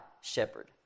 shepherd